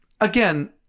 again